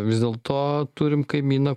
vis dėlto turim kaimyną